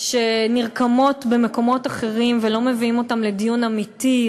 שנרקמות במקומות אחרים ולא מביאים אותן לדיון אמיתי,